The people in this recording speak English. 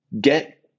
get